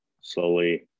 slowly